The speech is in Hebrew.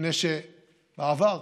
מפני שבעבר,